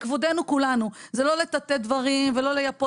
לכבודנו כולנו זה לא לטאטא דברים ולא לייפות